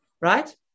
right